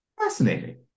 fascinating